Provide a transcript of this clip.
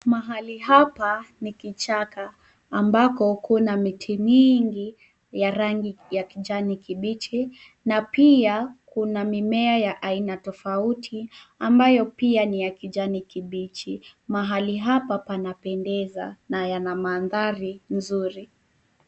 Mahali hapa ni kichaka. Ambako kuna miti mingi ya rangi ya kijani kibichi, na pia kuna mimea ya aina tofauti ambayo pia ni ya kijani kibichi. Mahali hapa panapendeza na yana mandhari nzuri.